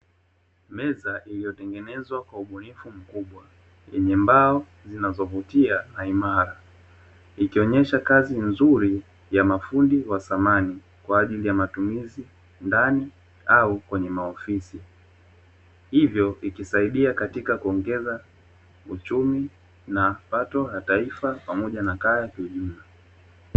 Meza iliyotengenezwa kwa ubunifu mkubwa yenye mbao, zinazovutia na imara ikionyesha kazi nzuri ya mafundi wa thamani kwa ajili ya matumizi ndani au kwenye maofisi hivyo vikisaidia katika kuongeza uchumi na pato la taifa pamoja na kaya.